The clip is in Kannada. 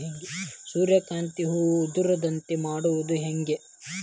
ಸೂರ್ಯಕಾಂತಿ ಹೂವ ಉದರದಂತೆ ಮಾಡುದ ಹೆಂಗ್?